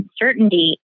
uncertainty